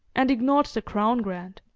and ignored the crown grant.